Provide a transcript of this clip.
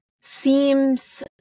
seems